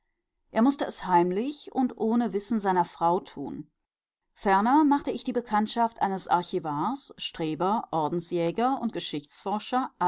er mußte es heimlich und ohne wissen seiner frau tun ferner machte ich die bekanntschaft eines archivars streber ordensjäger und